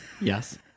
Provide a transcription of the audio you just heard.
Yes